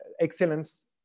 excellence